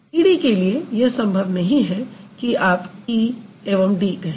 ED के लिए आप यह संभव नहीं है कि आप ई e एवं डी d कहें